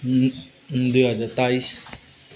दुई हजार बाइस